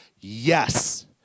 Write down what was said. yes